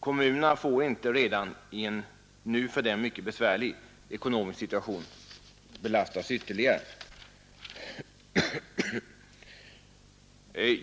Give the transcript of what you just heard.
Kommunerna får inte i en redan för dem mycket besvärlig ekonomisk situation belastas ytterligare.